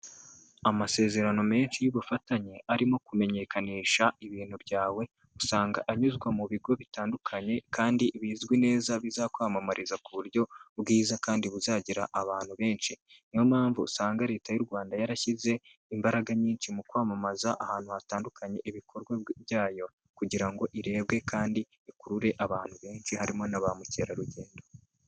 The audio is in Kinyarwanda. Amasezerano menshi y'ubufatanye arimo kumenyekanisha ibintu byawe, usanga anyuzwa mu bigo bitandukanye kandi bizwi neza bizakwamamariza ku buryo bwiza kandi buzagira abantu benshi, niyo mpamvu usanga leta y'Urwanda yarashyize imbaraga nyinshi mu kwamamaza ahantu hatandukanye ibikorwa byayo, kugira ngo irebwe kandi ikurure abantu benshi harimo na ba mukerarugendo.